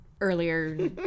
earlier